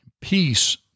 peace